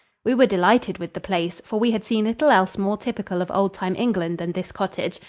we were delighted with the place, for we had seen little else more typical of old-time england than this cottage,